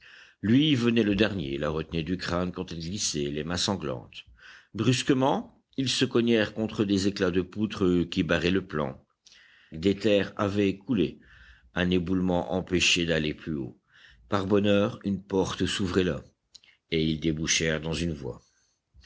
lui venait le dernier la retenait du crâne quand elle glissait les mains sanglantes brusquement ils se cognèrent contre des éclats de poutre qui barraient le plan des terres avaient coulé un éboulement empêchait d'aller plus haut par bonheur une porte s'ouvrait là et ils débouchèrent dans une voie